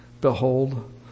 Behold